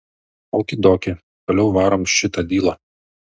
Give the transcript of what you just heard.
oki doki toliau varom šitą dylą